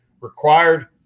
required